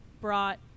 brought